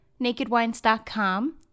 NakedWines.com